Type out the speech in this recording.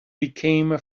became